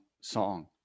song